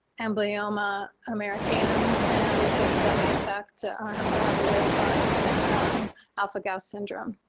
amblyomma americanum and other ticks that may affect or have a risk on alpha-gal syndrome.